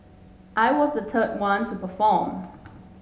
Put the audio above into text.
I was the third one to perform